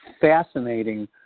fascinating